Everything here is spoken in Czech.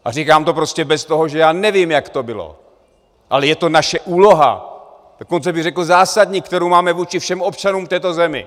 A říkám to prostě bez toho, že já nevím, jak to bylo, ale je to naše úloha, dokonce bych řekl zásadní, kterou máme vůči všem občanům v této zemi.